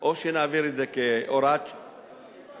או שנעביר את זה כהוראת שעה.